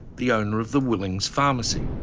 the owner of the willing's pharmacy.